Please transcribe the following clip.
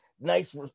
nice